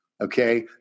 Okay